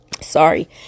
sorry